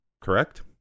correct